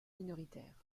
minoritaires